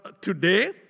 today